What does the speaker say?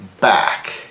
back